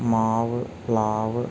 മാവ് പ്ലാവ്